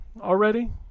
already